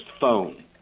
phone